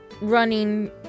running